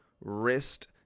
wrist